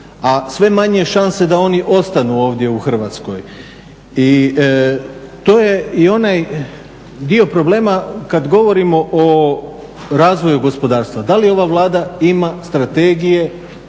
a sve manje je šanse da oni ostanu ovdje u Hrvatskoj. To je i onaj dio problema kad govorimo o razvoju gospodarstva. Da li ova Vlada ima strategije